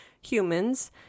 humans